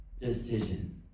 decision